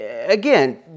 again